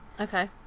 okay